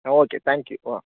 ah okay thank you ah